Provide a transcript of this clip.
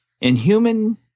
Inhuman